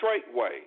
straightway